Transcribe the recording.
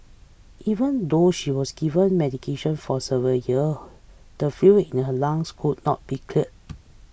even though she was given medication for several the fluid in her lungs could not be cleared